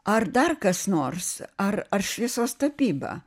ar dar kas nors ar ar šviesos tapyba